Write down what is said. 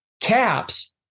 caps